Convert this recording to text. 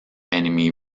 enemy